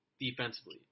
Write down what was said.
defensively